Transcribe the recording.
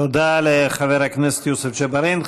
תודה לחבר הכנסת יוסף ג'בארין.